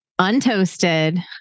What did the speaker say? untoasted